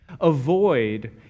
Avoid